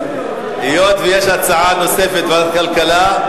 היות שיש הצעה נוספת, ועדת הכלכלה,